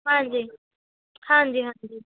ਹਾਂਜੀ ਹਾਂਜੀ ਹਾਂਜੀ